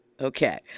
okay